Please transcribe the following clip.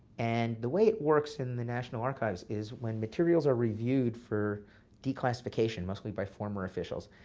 and the way it works in the national archives is, when materials are reviewed for declassification, mostly by former officials,